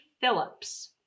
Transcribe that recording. Phillips